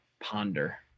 ponder